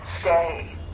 Stay